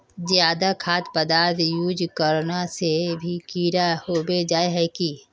ज्यादा खाद पदार्थ यूज करना से भी कीड़ा होबे जाए है की?